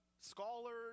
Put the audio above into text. scholars